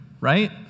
right